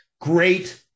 great